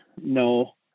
No